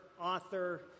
author